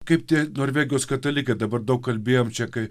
kaip tie norvegijos katalikai dabar daug kalbėjom čia kai